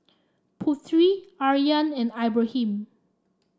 Putri Aryan and Ibrahim